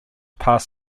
pass